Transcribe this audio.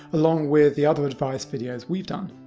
along with the other advice videos we've done.